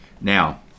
Now